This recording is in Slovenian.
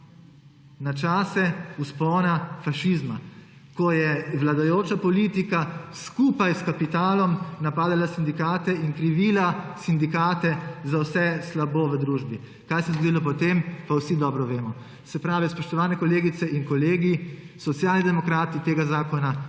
na čase vzpona fašizma, ko je vladajoča politika skupaj s kapitalom napadala sindikate in krivila sindikate za vse slabo v družbi. Kaj se je zgodilo potem, pa vsi dobro vemo. Spoštovane kolegice in kolegi, Socialni demokrati tega zakona ne